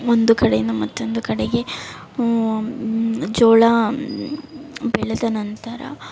ಒಂದು ಕಡೆಯಿಂದ ಮತ್ತೊಂದು ಕಡೆಗೆ ಜೋಳ ಬೆಳೆದ ನಂತರ